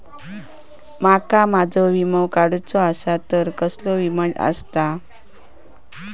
माका माझो विमा काडुचो असा तर कसलो विमा आस्ता?